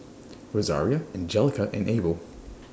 Rosaria Anjelica and Abel